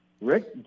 Rick